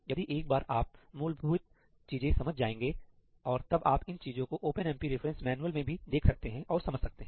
यदि एक बार आप मूलभूत चीजें समझ जाएंगे और तब आप इन चीजों को ओपनएमपी रिफरेंस मैन्युअल मे भी देख सकते हैं और समझ सकते हैं